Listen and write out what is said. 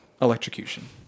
electrocution